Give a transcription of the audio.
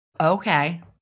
Okay